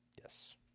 Yes